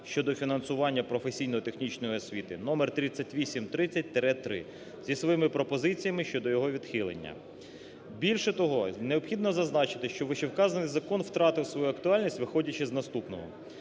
щодо фінансування професійно-технічної освіти" (№ 3830-3) зі своїми пропозиціями щодо його відхилення. Більше того, необхідно зазначити, що вищевказаний закон втратив свою актуальність, виходячи з наступного.